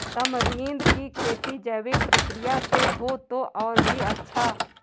tamarind की खेती जैविक प्रक्रिया से हो तो और भी अच्छा